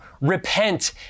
repent